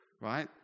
Right